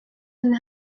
and